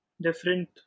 Different